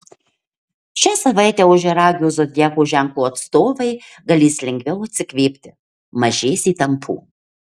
šią savaitę ožiaragio zodiako ženklo atstovai galės lengviau atsikvėpti mažės įtampų